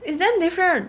it's damn different